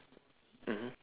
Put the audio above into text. mmhmm